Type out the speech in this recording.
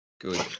Good